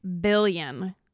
billion